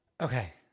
Okay